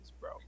bro